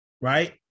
Right